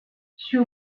sue